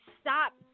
stop